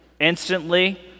instantly